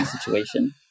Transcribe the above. situation